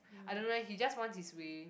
I don't know eh he just wants his way